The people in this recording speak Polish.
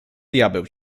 diabeł